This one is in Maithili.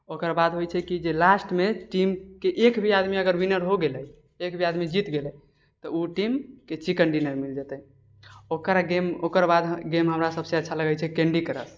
ओकर बाद होइ छै जे कि लास्टमे टीमके एक भी आदमी अगर विनर हो गेलै एक भी आदमी जीत गेलै तऽ टीमके चिकन डिनर मिल जेतै ओकरा गेम ओकर बाद गेम हमरा सभसे अच्छा लगै छै कैन्डी क्रश